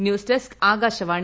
news desk Akashvani